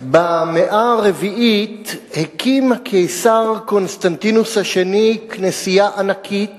במאה הרביעית הקים הקיסר קונסטנטינוס השני כנסייה ענקית